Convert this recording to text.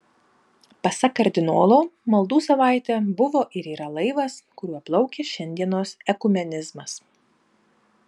pasak kardinolo maldų savaitė buvo ir yra laivas kuriuo plaukia šiandienos ekumenizmas